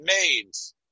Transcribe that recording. maids